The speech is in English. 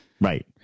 Right